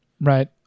Right